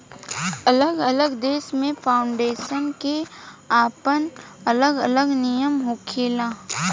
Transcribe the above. अलग अलग देश में फाउंडेशन के आपन अलग अलग नियम होखेला